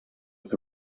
with